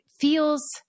feels